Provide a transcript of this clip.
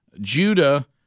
Judah